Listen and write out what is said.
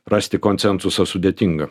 rasti konsensusą sudėtinga